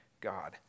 God